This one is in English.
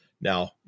Now